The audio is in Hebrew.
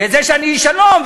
ואת זה שאני איש שלום,